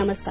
नमस्कार